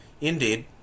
Indeed